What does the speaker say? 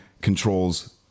controls